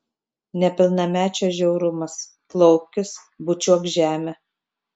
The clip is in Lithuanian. nepilnamečio žiaurumas klaupkis bučiuok žemę